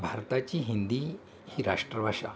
भारताची हिंदी ही राष्ट्रभाषा